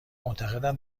معتقدم